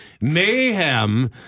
mayhem